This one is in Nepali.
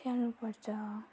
स्याहार्नु पर्छ